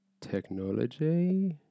Technology